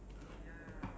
ya